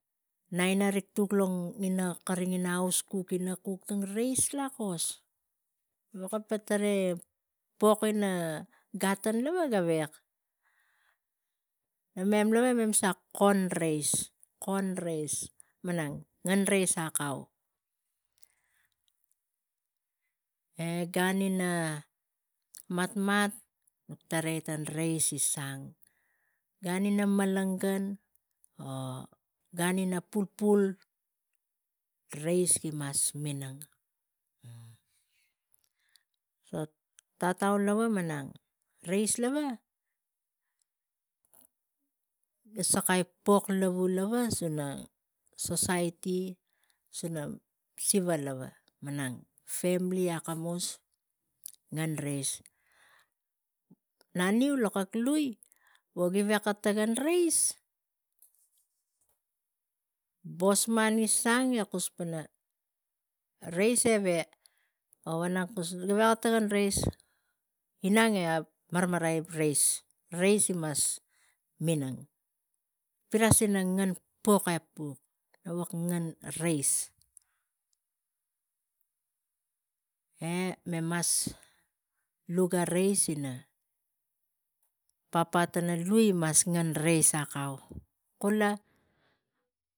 Naina rik tuk lo ina aus kuk ina rik kuk reis lakos gaveko po tarai pok ina gaten lava, ga pona gavek namem lava mem sa kuk kon reis, kon reis malang ngen reis akau. E gan ina matmat tarai tang reis gi sang, gan ina malangan vo gan ina pul kapul, reis gi mas minang. Lo tatau lava, reis lava ga sakai pok lavu lava tang society siva lava, gan femili akamus ngen reis. Naniu lo kak lui vogi veko tokon reis bosman i sang egi i gei reis eve o vo nak kus gaveka tokon reis inang e marmarai reis, reis imas minang. Rik piras ina ngen pok e puk vuk ngen reis e mem mas luga reis ina papa tana lui gi ngen reis aung kula